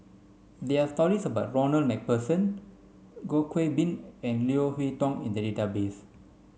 there are stories about Ronald MacPherson Goh Qiu Bin and Leo Hee Tong in the database